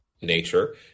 nature